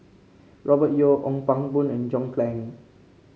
Robert Yeo Ong Pang Boon and John Clang